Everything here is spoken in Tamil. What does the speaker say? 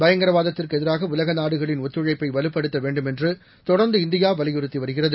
பயங்கரவாதத்திற்கு எதிராக உலக நாடுகளின் ஒத்துழைப்பை வலுப்படுத்த வேண்டும் என்று தொடர்ந்து இந்தியா வலியுறுத்தி வருகிறது